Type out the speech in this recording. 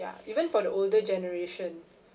ya even for the older generation